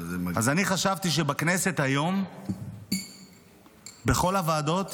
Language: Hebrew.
אז אני חשבתי שבכנסת היום בכל הוועדות